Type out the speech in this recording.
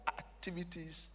activities